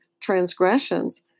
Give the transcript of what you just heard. transgressions